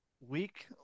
week